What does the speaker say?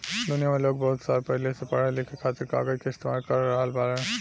दुनिया में लोग बहुत साल पहिले से पढ़े लिखे खातिर कागज के इस्तेमाल कर रहल बाड़े